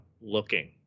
looking